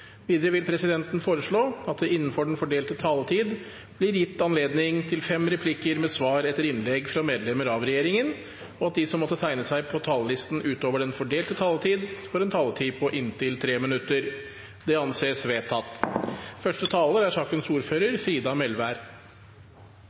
Videre vil presidenten foreslå at det – innenfor den fordelte taletid – blir gitt anledning til fem replikker med svar etter innlegg fra medlemmer av regjeringen, og at de som måtte tegne seg på talerlisten utover den fordelte taletid, får en taletid på inntil 3 minutter. – Det anses vedtatt.